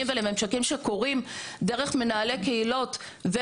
ולממשקים שקורים דרך מנהלי קהילות,